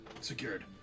secured